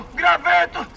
graveto